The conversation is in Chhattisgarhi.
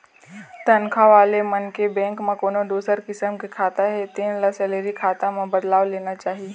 तनखा वाले मनखे के बेंक म कोनो दूसर किसम के खाता हे तेन ल सेलरी खाता म बदलवा लेना चाही